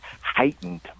heightened